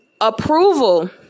Approval